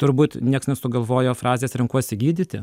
turbūt nieks nesugalvojo frazės renkuosi gydyti